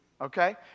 okay